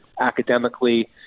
academically